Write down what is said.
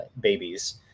babies